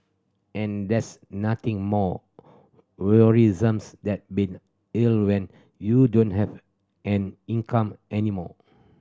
and there's nothing more worrisome than being ill when you don't have an income any more